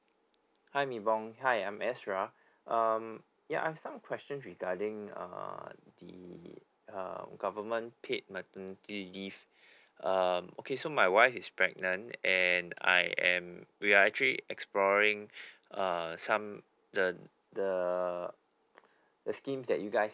hi nibong hi I'm astra um ya I have some question regarding err the uh government paid maternity leave um okay so my wife is pregnant and I am we are actually exploring uh some the the the scheme that you guys